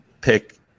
pick